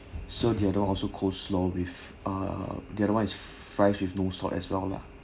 so the other also coleslaw with uh the other one is fries with no salt as well lah